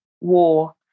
war